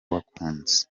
wakunze